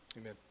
Amen